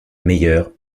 meilleur